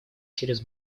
через